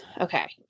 okay